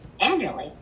annually